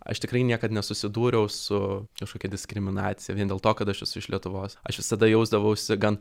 aš tikrai niekad nesusidūriau su kažkokia diskriminacija vien dėl to kad aš esu iš lietuvos aš visada jausdavausi gan